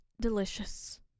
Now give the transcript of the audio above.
delicious